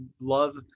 love